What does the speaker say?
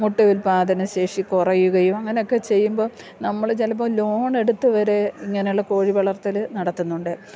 മുട്ട ഉൽപാദനശേഷി കുറയുകയും അങ്ങനെയൊക്കെ ചെയ്യുമ്പോൾ നമ്മൾ ചിലപ്പോൾ ലോണെടുത്ത് വരെ ഇങ്ങനെയുള്ള കോഴി വളർത്തൽ നടത്തുന്നുണ്ട്